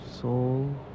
soul